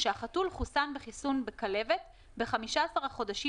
שהחתול חוסן בחיסון כלבת ב־15 החודשים